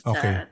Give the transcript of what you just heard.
Okay